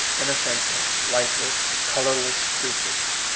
inoffensive, lifeless, colorless creatures.